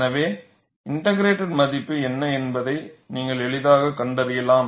எனவே இன்ட்க்ரேடட் மதிப்பு என்ன என்பதை நீங்கள் எளிதாகக் கண்டறியலாம்